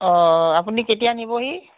অ আপুনি কেতিয়া নিবহি